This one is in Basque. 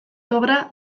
obra